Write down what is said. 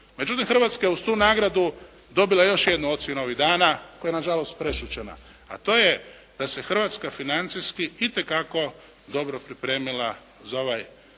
Međutim, Hrvatska je uz tu nagradu dobila još jednu ocjenu ovih dana koja je na žalost prešućena, a to je da se Hrvatska financijski itekako dobro pripremila za ovaj